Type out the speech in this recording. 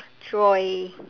joy